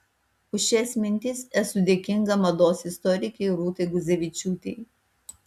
už šias mintis esu dėkinga mados istorikei rūtai guzevičiūtei